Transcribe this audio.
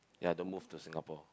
ya don't move to Singapore